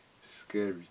Scary